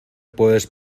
puedes